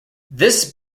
this